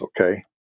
okay